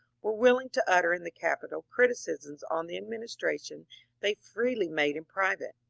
were willing to utter in the capitol criticisms on the administration they freely made in private.